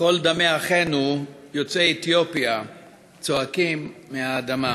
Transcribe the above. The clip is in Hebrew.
קול דמי אחינו יוצאי אתיופיה צועקים מן האדמה.